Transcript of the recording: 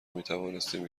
میتوانستیم